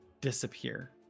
disappear